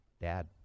dad